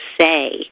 say